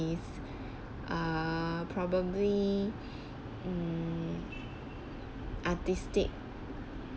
is err probably mm artistic